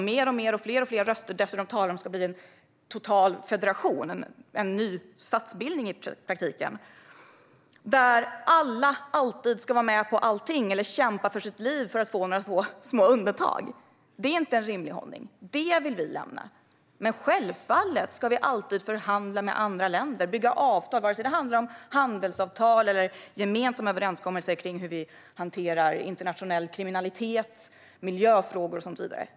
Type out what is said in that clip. Fler och fler röster höjs dessutom för att det ska bli en total federation, i praktiken en ny statsbildning, där alla alltid ska vara med på allting eller kämpa för sina liv för att få några små undantag. Det är inte en rimlig hållning. Det vill vi lämna. Självfallet ska vi dock alltid förhandla med andra länder och bygga avtal, vare sig det handlar om handelsavtal eller gemensamma överenskommelser om hur vi hanterar internationell kriminalitet, miljöfrågor och så vidare.